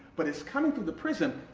but it's coming through the prism,